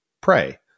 pray